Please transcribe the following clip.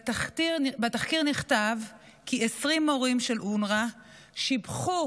בתחקיר נכתב כי 20 מורים של אונר"א שיבחו